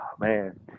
man